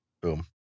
Boom